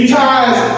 ties